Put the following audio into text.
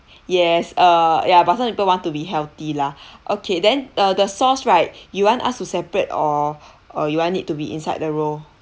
yes uh ya but some people want to be healthy lah okay then uh the sauce right you want us to separate or or you want it to be inside the roll